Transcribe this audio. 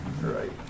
Right